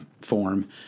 form